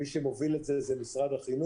מי שמוביל את זה, זה משרד החינוך.